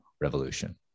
revolution